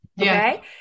Okay